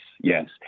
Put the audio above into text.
yes